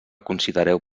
considereu